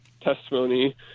testimony